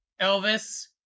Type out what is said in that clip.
Elvis